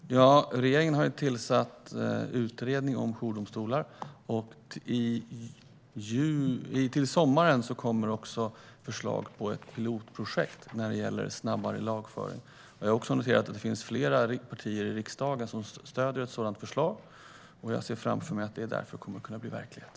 Herr talman! Regeringen har tillsatt en utredning om jourdomstolar, och till sommaren kommer förslag på ett pilotprojekt när det gäller snabbare lagföring. Jag har noterat att det finns flera partier i riksdagen som stöder ett sådant förslag, och jag ser framför mig att det därför kommer att kunna bli verklighet.